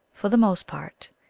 for the most part,